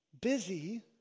busy